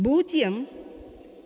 பூஜ்ஜியம்